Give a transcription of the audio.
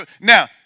now